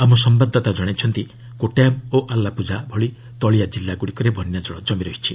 ଆମ ସମ୍ଭାଦଦାତା କଶାଇଛନ୍ତି କୋଟାୟମ୍ ଓ ଆଲପୁଝା ଭଳି ତଳିଆ ଜିଲ୍ଲାଗୁଡ଼ିକରେ ବନ୍ୟାଜଳ ଜମି ରହିଛି